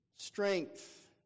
strength